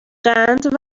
قند